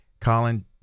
Colin